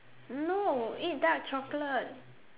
no eat dark chocolate